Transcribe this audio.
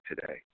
today